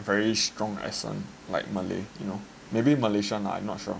very strong accent like malay you know maybe malaysian lah I'm not sure